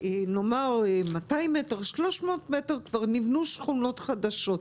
במרחק של 300-200 מטר כבר נבנו שכונות חדשות,